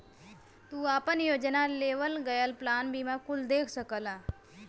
तू आपन योजना, लेवल गयल प्लान बीमा कुल देख सकला